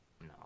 No